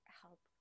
help